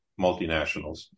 multinationals